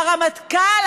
שהרמטכ"ל,